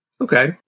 Okay